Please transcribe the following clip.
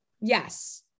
Yes